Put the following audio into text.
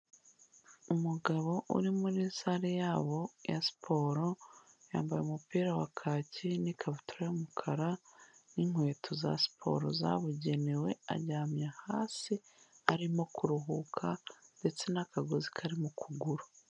Umugabo uri muri sale yabo ya siporo, yambaye umupira wa kaki n'ikabutura y'umukara n'inkweto za siporo zabugenewe, aryamye hasi arimo ku ruhuka ndetse n'akagozi kari mu kuguru.